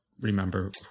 remember